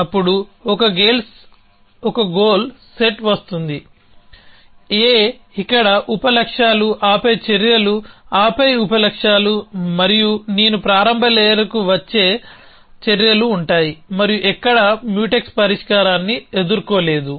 అప్పుడు ఒక goal set వస్తుంది A ఇక్కడ ఉప లక్ష్యాలు ఆపై చర్యలు ఆపై ఉప లక్ష్యాలు మరియు నేను ప్రారంభ లేయర్కి వచ్చే వరకు చర్యలు ఉంటాయి మరియు ఎక్కడా మ్యూటెక్స్ పరిష్కారాన్ని ఎదుర్కోలేదు